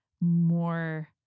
more